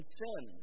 sin